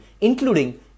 including